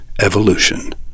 evolution